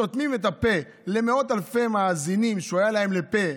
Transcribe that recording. סותמים את הפה למאות אלפי מאזינים שהוא היה להם לפה,